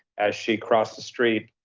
as she crossed the street.